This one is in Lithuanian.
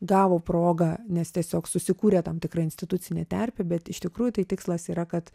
gavo progą nes tiesiog susikūrė tam tikra institucinė terpė bet iš tikrųjų tai tikslas yra kad